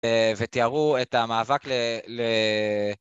ותיארו את המאבק ל... ל...